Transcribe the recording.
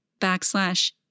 backslash